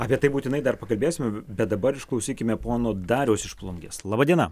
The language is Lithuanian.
apie tai būtinai dar pakalbėsim bet dabar išklausykime pono dariaus iš plungės laba diena